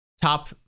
top